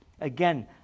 Again